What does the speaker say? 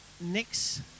Next